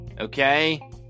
Okay